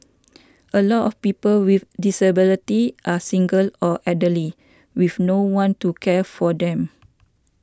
a lot of people with disabilities are single or elderly with no one to care for them